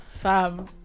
Fam